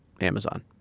Amazon